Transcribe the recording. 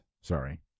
Sorry